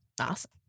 Awesome